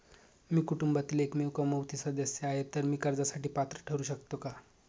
मी कुटुंबातील एकमेव कमावती सदस्य आहे, तर मी कर्जासाठी पात्र ठरु शकतो का?